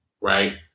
right